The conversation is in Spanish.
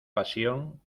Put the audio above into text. pasión